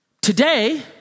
today